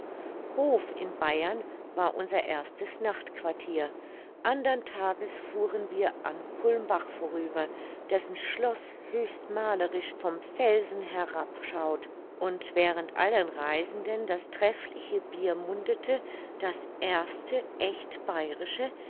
hof in bayern war unser erstes nachtquartier andern tages fuhren wir an kulmbach vorüber dessen schloß höchst malerisch vom felsen herab schaut und während allen reisenden das treffliche bier mundete das erste echt bayrische